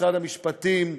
משרד המשפטים,